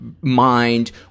mind